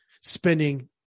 spending